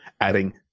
adding